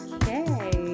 Okay